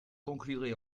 conclurai